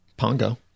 pongo